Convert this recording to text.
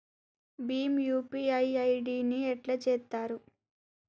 Bhim UPI ID ని ఎట్లా చేత్తరు?